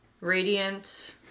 radiant